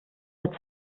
mit